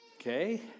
Okay